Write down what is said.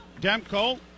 Demko